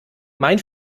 mein